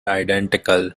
identical